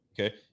Okay